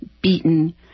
beaten